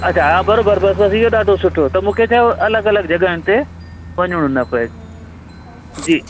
अछा हा बराबरि बसि बसि इहो ॾाढो सुठो त मूंखे छा आहे अलॻि अलॻि जॻहियुनि ते वञिणो न पए जी